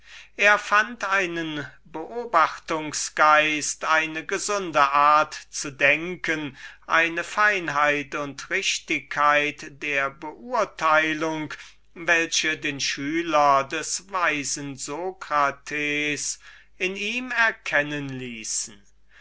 als witz einen beobachtungs geist eine gesunde art zu denken eine feinheit und richtigkeit der beurteilung welche den schüler des weisen socrates in ihm erkennen ließen